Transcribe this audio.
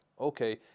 okay